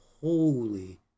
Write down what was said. holy